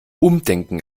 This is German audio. umdenken